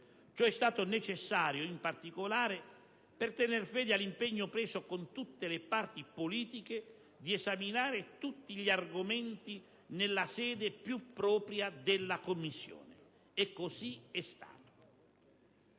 Ciò è stato necessario, in particolare, per tener fede all'impegno preso con tutte le parti politiche di esaminare tutti gli argomenti nella sede più propria della Commissione. E così è stato.